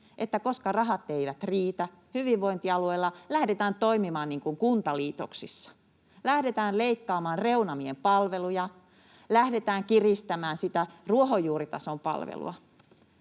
että koska rahat eivät riitä, hyvinvointialueilla lähdetään toimimaan niin kuin kuntaliitoksissa: lähdetään leikkaamaan reunamien palveluja, lähdetään kiristämään ruohonjuuritason palvelua.